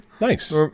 Nice